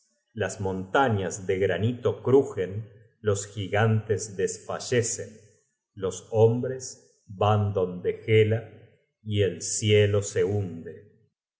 las montañas de granito crugen los gigantes desfallecen los hombres toman el camino que conduce hácia hela el cielo se hiende